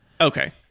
Okay